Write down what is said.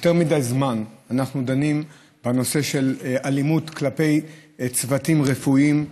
יותר מדי זמן אנחנו דנים בנושא של אלימות כלפי צוותים רפואיים,